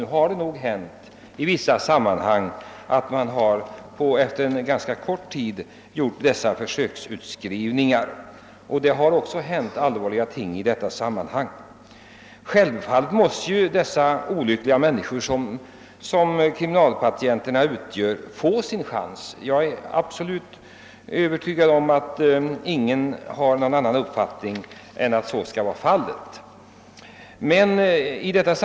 Nu har det nog i vissa sammanhang hänt att dessa försöksutskrivningar skett efter en ganska kort sådan symtomfri period. Allvarliga händelser har också ägt rum vid sådana tillfällen. Självfallet måste de olyckliga människor som kriminalvårdspatienterna är få sin chans. Jag är absolut övertygad om att det inte finns någon med avvikande uppfattning om detta.